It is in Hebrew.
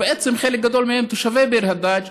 ובעצם חלק גדול מהם תושבי ביר-הדאג'